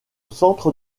centre